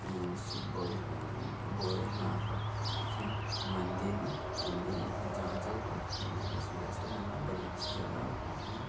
हां इस भोले भोलेनाथ दे उत्थै मंदिर न मंदिर न उत्थै जाना चाहिदा तुसें ई में सुजैस्ट करना बड़ी अच्छी जगह् न